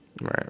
Right